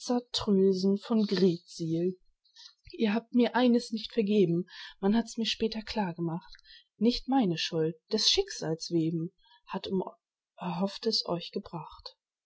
von greetsiel ihr habt mir eines nicht vergeben man hat mir's später klar gemacht nicht meine schuld des schicksals weben hat um erhofftes euch gebracht